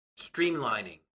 streamlining